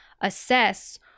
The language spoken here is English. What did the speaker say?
assess